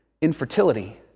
infertility